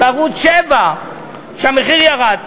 בערוץ 7 שהמחיר ירד.